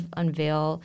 unveil